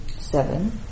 seven